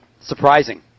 surprising